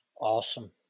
Awesome